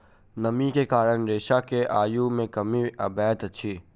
नमी के कारण रेशा के आयु मे कमी अबैत अछि